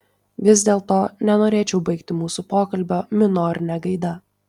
vis dėlto nenorėčiau baigti mūsų pokalbio minorine gaida